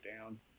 down